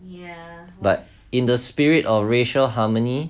but in the spirit of racial harmony